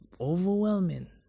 overwhelming